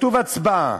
כתוב "הצבעה",